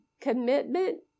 commitment